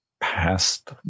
past